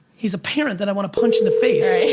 he's a parent that i want to punch in the face.